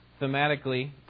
thematically